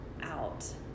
out